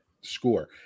score